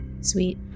Sweet